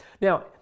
Now